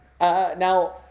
Now